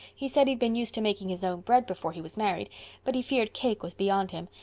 he said he'd been used to making his own bread before he was married but he feared cake was beyond him,